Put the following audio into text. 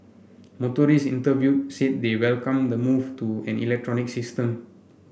motorists interviewed said they welcome the move to an electronic system